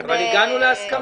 אבל הגענו להסכמה.